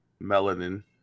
Melanin